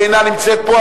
היא אינה נמצאת פה,